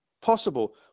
possible